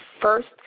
first